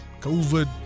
COVID